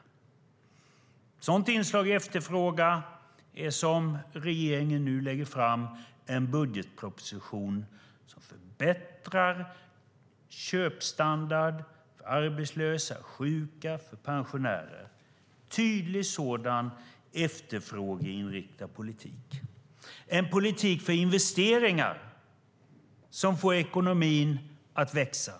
Ett sådant inslag om efterfrågan är att regeringen nu lägger fram en budgetproposition som förbättrar köpstandard för arbetslösa, sjuka och pensionärer. Det är en tydligt efterfrågeinriktad politik. En annan nyckel är en politik för investeringar som får ekonomin att växa.